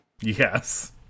Yes